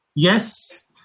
Yes